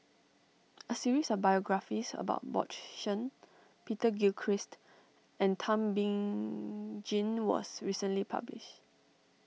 a series of biographies about Bjorn Shen Peter Gilchrist and Thum Bing Tjin was recently published